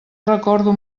recordo